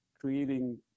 creating